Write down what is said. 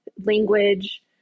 language